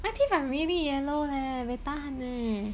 my teeth like really yellow leh buay tahan eh